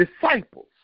disciples